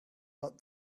but